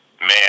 Man